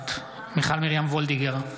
נוכחת מיכל מרים וולדיגר,